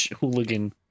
hooligan